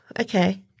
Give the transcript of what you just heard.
Okay